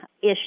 issue